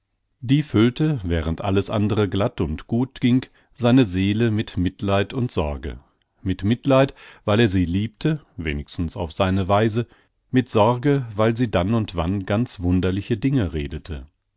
die füllte während alles andre glatt und gut ging seine seele mit mitleid und sorge mit mitleid weil er sie liebte wenigstens auf seine weise mit sorge weil sie dann und wann ganz wunderliche dinge redete